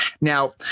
Now